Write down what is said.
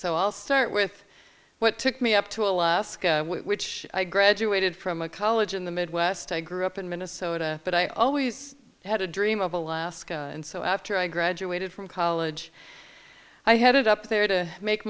so i'll start with what took me up to alaska which i graduated from a college in the midwest i grew up in minnesota but i always had a dream of alaska and so after i graduated from college i headed up there to make